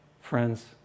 Friends